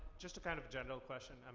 just a kind of general question.